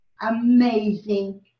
amazing